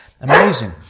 amazing